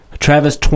Travis